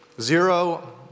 Zero